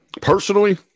Personally